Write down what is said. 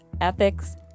ethics